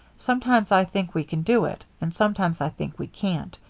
sometimes i think we can do it, and sometimes i think we can't,